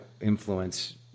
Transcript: influence